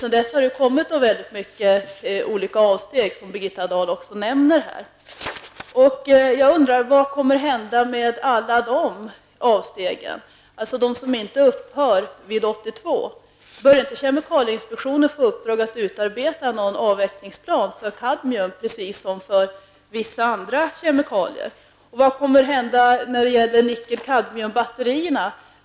Sedan dess har det gjorts väldigt många olika avsteg, som Birgitta Dahl också nämnde här. Jag undrar vad som kommer att hända med alla dessa avsteg, dvs. de som inte upphör 1992. Bör inte kemikalieinspektionen få i uppdrag att utarbeta en avvecklingsplan för kadmium, precis som för vissa andra kemikalier? Vad kommer att hända när det gäller nickelkadmiumbatterier?